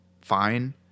fine